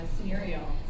scenario